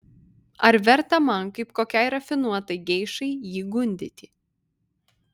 ar verta man kaip kokiai rafinuotai geišai jį gundyti